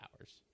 hours